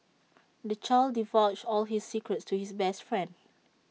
the child divulged all his secrets to his best friend